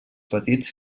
petits